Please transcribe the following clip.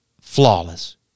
flawless